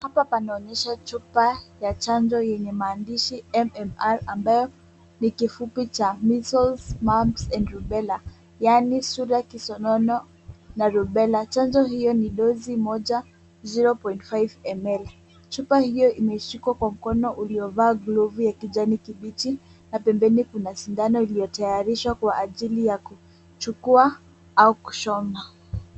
Hapa panaonyesha chupa ya chanjo yenye maandishi MMR, ambayo ni kifupi cha, Measles Mumps and Rubella , yaani sura, kisonono na rubella. Chanjo hio ni dozi moja 0.5ml. Chupa hio imeshikwa kwa mkono uliovaa glovu ya kijani kibichi, na pembeni, kuna sindano iliyotayarishwa kwa ajili ya kuchukua au kushona.